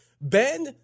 Ben